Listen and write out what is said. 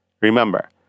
Remember